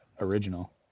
original